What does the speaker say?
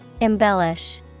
Embellish